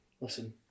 Listen